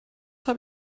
habe